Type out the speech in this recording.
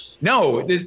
No